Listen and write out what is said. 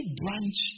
branch